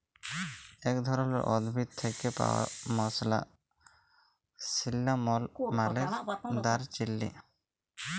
ইক ধরলের উদ্ভিদ থ্যাকে পাউয়া মসলা সিল্লামল মালে দারচিলি